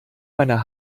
meiner